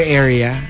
area